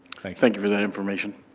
thank you for that information.